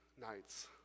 nights